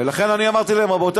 ולכן אמרתי להם: רבותי,